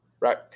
Right